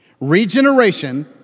Regeneration